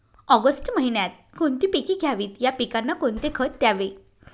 August महिन्यात कोणती पिके घ्यावीत? या पिकांना कोणते खत द्यावे?